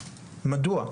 מדוע?